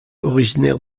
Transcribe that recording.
originaire